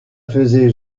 faisait